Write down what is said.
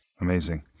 Amazing